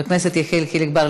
חבר הכנסת יחיאל חיליק בר,